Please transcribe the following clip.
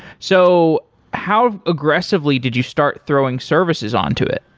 so how aggressively did you start throwing services on to it?